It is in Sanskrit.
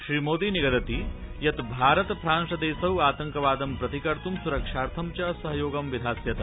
श्रीमोदी निगदति यद भाररत फ्रांस देशौ आतंकवाद प्रतिकर्तु सुरक्षार्थं च सहयोगं विधास्यतः